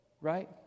right